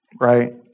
right